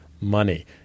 money